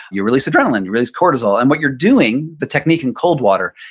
you release adrenaline, you release cortisol and what you're doing, the technique in cold water,